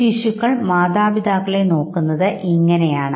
ശിശുക്കൾ മാതാപിതാക്കളെ നോക്കുന്നത് ഇങ്ങനെയാണ്